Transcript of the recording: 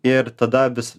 ir tada vis